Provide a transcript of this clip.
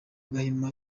gahima